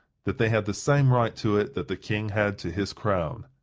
that they had the same right to it that the king had to his crown.